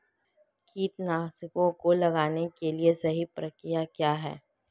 कीटनाशकों को लगाने की सही प्रक्रिया क्या है?